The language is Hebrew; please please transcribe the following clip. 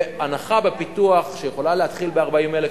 והנחה בפיתוח שיכולה להתחיל ב-40,000,